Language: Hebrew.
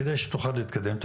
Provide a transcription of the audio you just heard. על מנת שתוכל להתקדם.